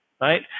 right